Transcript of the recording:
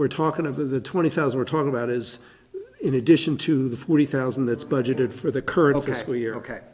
we're talking of the twenty thousand we're talking about is in addition to the forty thousand that's budgeted for the current case we're ok